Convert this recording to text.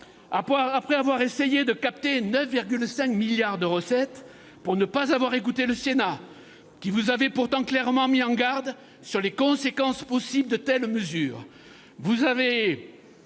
après avoir essayé de capter 9,5 milliards d'euros de recettes, et pour ne pas avoir écouté le Sénat qui vous avait pourtant clairement mis en garde sur les conséquences possibles de telles mesures,